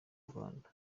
rwanda